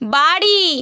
বাড়ি